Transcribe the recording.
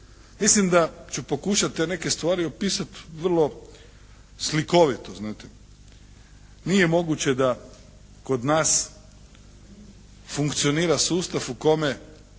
Mislim da ću pokušati te neke stvari opisati vrlo slikovito znate. Nije moguće da kod nas funkcionira sustav u kome